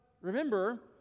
remember